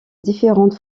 différentes